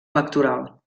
electoral